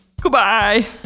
goodbye